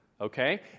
Okay